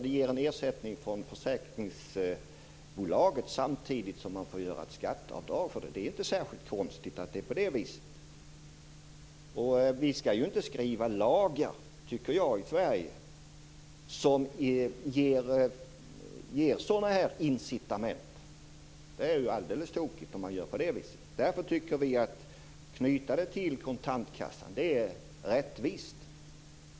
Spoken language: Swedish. Detta ger ju en ersättning från försäkringsbolaget samtidigt som man får göra ett skatteavdrag för det. Det är alltså inte särskilt konstigt att det kan bli så här. Jag tycker inte att vi skall skriva lagar i Sverige som ger sådana här incitament. Det vore alldeles tokigt att göra på det viset. Därför tycker vi socialdemokrater att ett knytande till kontantkassan är rättvist.